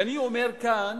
ואני אומר כאן,